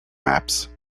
maps